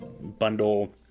Bundle